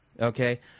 okay